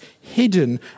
hidden